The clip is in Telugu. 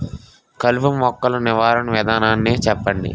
కలుపు మొక్కలు నివారణ విధానాన్ని చెప్పండి?